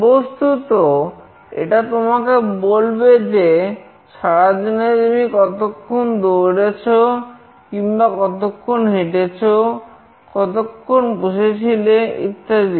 বস্তুত এটা তোমাকে বলবে যে সারাদিনে তুমি কতক্ষণ দৌড়েছ কিংবা কতক্ষণ হেঁটেছ কতক্ষণ বসেছিলে ইত্যাদি